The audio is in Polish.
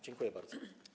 Dziękuję bardzo.